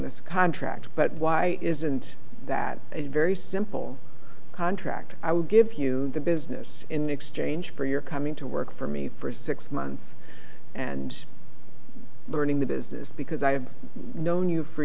this contract but why isn't that a very simple contract i would give you the business in exchange for your coming to work for me for six months and learning the business because i have known you for